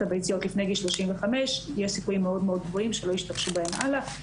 הביציות לפני גיל 35 יש סיכויים מאוד גבוהים שלא ישתמשו בהן הלאה.